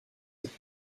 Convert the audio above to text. cette